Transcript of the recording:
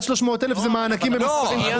עד 300,000 שקל זה מענקים ממוצעים קבועים.